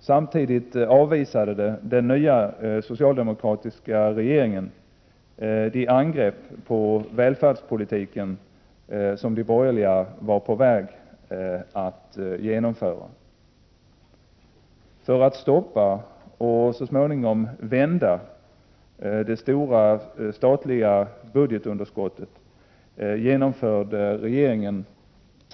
Samtidigt avvisade den nya socialdemokratiska regeringen de angrepp på välfärdspolitiken som de borgerliga var på väg att genomföra. För att stoppa, och så småningom vända, det stora statliga budgetunderskottet genomförde regeringen